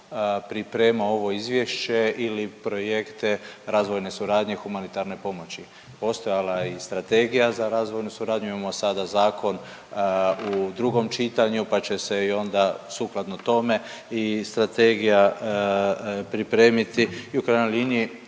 pripremao ovo izvješće ili projekte razvojne suradnje i humanitarne pomoći, postojala je i Strategija za razvojnu suradnju. Imamo sada zakon u drugom čitanju, pa će se i onda sukladno tome i strategija pripremiti i u krajnjoj liniji